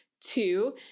two